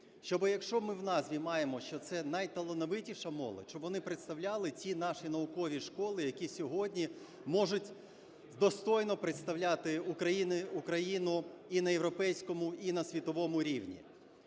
Щоби, якщо ми в назві маємо, що це найталановитіша молодь, щоб вони представляли, ті наші наукові школи, які сьогодні можуть достойно представляти Україну і на європейському, і на світовому рівні.